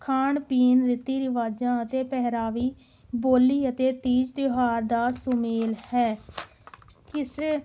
ਖਾਣ ਪੀਣ ਰੀਤੀ ਰਿਵਾਜਾਂ ਅਤੇ ਪਹਿਰਾਵੀ ਬੋਲੀ ਅਤੇ ਤੀਜ਼ ਤਿਉਹਾਰ ਦਾ ਸੁਮੇਲ ਹੈ ਕਿਸੇ